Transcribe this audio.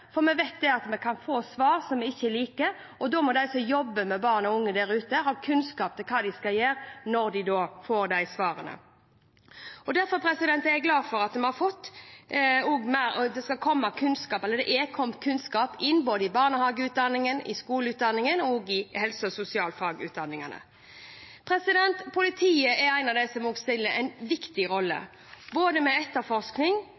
For vi vet at vi kan få svar som vi ikke liker, og da må de som jobber med barn og unge der ute, ha kunnskap om hva de skal gjøre når de får de svarene. Derfor er jeg glad for at det er kommet kunnskap inn, både i barnehageutdanningen, i skoleutdanningen og også i helse- og sosialfagutdanningene. Politiet er blant dem som spiller en viktig